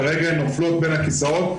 כרגע נופלות בין הכיסאות.